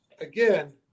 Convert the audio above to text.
again